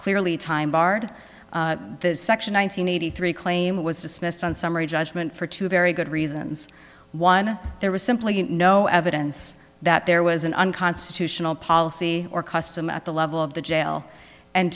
clearly time barred that section nine hundred eighty three claim was dismissed on summary judgment for two very good reasons one there was simply no evidence that there was an unconstitutional policy or custom at the level of the jail and